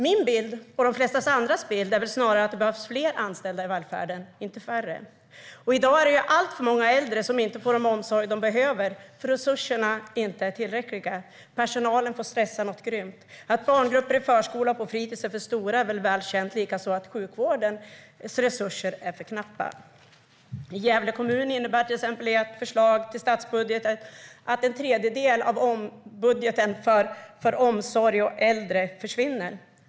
Min och de flesta andras bild är snarare att det behövs fler och inte färre anställda i välfärden. I dag är det alltför många äldre som inte får den omsorg de behöver. Resurserna är inte tillräckliga. Personalen får stressa något grymt. Att barngrupper i förskola och på fritis är stora är väl känt, likaså att sjukvårdens resurser är för knappa. I Gävle kommun, till exempel, innebär ert förslag till statsbudget att en tredjedel av budgeten för omsorg och äldre försvinner.